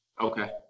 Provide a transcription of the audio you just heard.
Okay